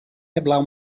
heblaw